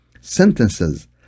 sentences